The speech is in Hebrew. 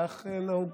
כך נהוג.